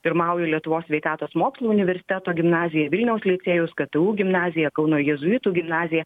pirmauja lietuvos sveikatos mokslų universiteto gimnazija vilniaus licėjus ktu gimnazija kauno jėzuitų gimnazija